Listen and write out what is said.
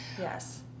Yes